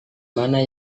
mana